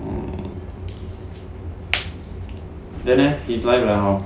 oh then leh his life lah hor